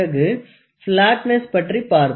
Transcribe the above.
பிறகு பிளாட்னஸ் பற்றி பார்ப்போம்